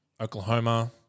Oklahoma